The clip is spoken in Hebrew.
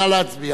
נא להצביע